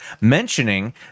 mentioning